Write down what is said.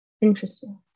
Interesting